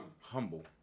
Humble